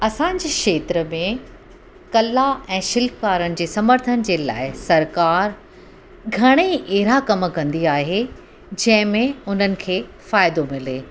असांजे खेत्र में कला ऐं शिल्प वारनि जे समर्थन जे लाइ सरकारि घणेई अहिड़ा कमु कंदी आहे जंहिं में उन्हनि खे फ़ाइदो मिले